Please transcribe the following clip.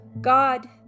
god